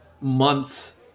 months